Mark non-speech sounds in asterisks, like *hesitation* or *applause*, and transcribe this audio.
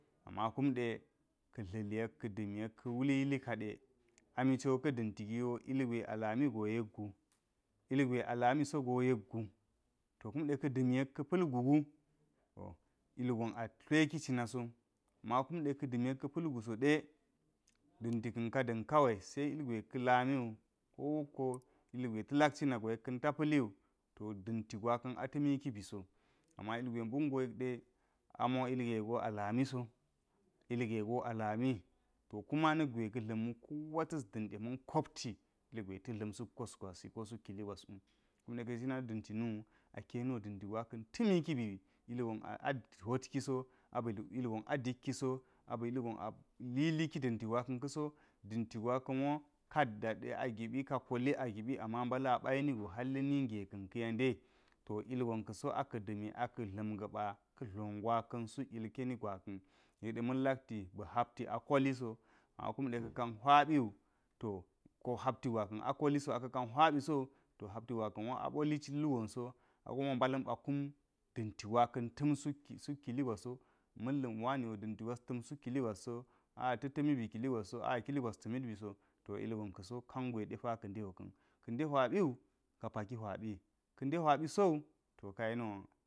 Ama kunɗe dli yek kə də mi yek ka wul yilka de ami ciwo ka̱ da̱nti giwo ilgwe alami go yekgu, ilgwe a lami sogo yekgu. To kumɗe ka̱ da̱mi yek ka̱ pa̱l gu gu, to ilgon a tleki cina so ama kume ka̱ da̱mi yek ka̱ pa̱l gu so de da̱nka̱ ka da̱n kawai se ilgwe ka lamiwin, ko wokko ilgwe ta̱ lak cina wu ka ta pa̱liwu to da̱nti gwa ka̱n gwaka̱n atimi ki bi so. Ama ilgwe mbungo yek da amo ilge go alami so, ilge go alami to kumi nak gwe ka̱ da̱mwu kowa ta̱s da̱nɗe ma̱n kopti ilgwe ta̱ dla̱m suk kasogwa si ko suk kili gwas mu. Kund ka̱na da̱nti muwu aka̱ yen wo da̱nti gwaka̱n tami kibiwi ilgon *hesitation* a hwotkiso, a ba̱ ilgon a dik kiso aba̱ ilgon a liliki da̱nti gwa ka̱n ka̱so. Da̱nti gwa ka̱nwo ka daɗe agibi, ka koli agibi ama mbala̱n aba yeni go hdle ninge ka̱n ka̱ ya nde to ilgon ka̱so aka̱ da̱mi aka̱ dla̱niga̱ba ka̱ dlo gwaka̱n yek de ma̱n lak ti aba hapti a koli so. Akumɗe ka ka̱n hwabi wu to ko hapti gwaka a koliso aka̱ kan hwabi so to hapti gwa lea̱ wo aɓo li ka̱lu gonso akume mbala̱n ba kam da̱nti gwa ka̱-ta̱n suk suk kili gwa so. Ma̱la̱n wani wo da̱mti gwas ta̱n suk kili gwas so, a’a ta̱ ta̱mi bi kili gwasso a’a kiyi gwas ta̱mit biso. To ilgon kasa kangwe dipa ka ndewa ka̱n ka nde hwa biwu ka paki hwabi, ka̱ nde hwabi so to keyen wo.